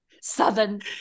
Southern